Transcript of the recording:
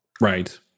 Right